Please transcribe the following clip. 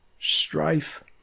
strife